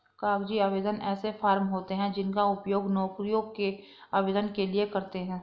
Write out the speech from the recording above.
कागजी आवेदन ऐसे फॉर्म होते हैं जिनका उपयोग नौकरियों के आवेदन के लिए करते हैं